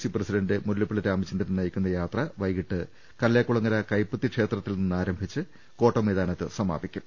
C president Mullappally Ramachandran നയിക്കുന്ന യാത്ര ്വൈകീട്ട് കല്ലേകുളങ്ങര കൈപ്പത്തി ക്ഷേത്രത്തിൽ നിന്നാരംഭിച്ചു കോട്ടമൈതാനത്ത് സമാപിക്കും